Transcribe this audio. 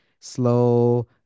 slow